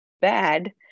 bad